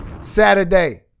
Saturday